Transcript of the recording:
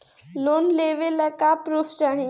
Loan लेवे ला का पुर्फ चाही?